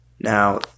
Now